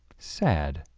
sad.